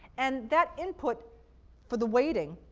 and that input for the weighting,